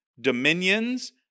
dominions